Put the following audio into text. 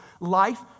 Life